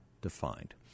defined